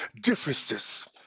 differences